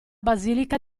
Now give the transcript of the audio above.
basilica